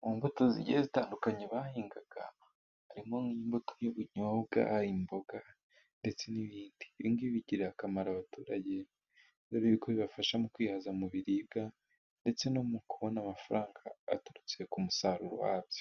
Mu mbuto zitandukanye bahingaga harimo :imbuto y'ibinyobwa, hari imboga ndetse n'ibindi bigirira akamaro abaturage kuko bibafasha mu kwihaza mu biribwa ,ndetse no mu kubona amafaranga aturutse ku musaruro wa byo.